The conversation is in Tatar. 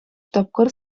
тапкыр